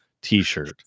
t-shirt